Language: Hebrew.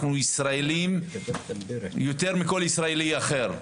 אנחנו ישראלים יותר מכל ישראלי אחר,